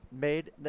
made